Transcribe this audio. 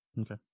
Okay